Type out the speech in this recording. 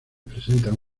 presentan